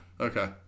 Okay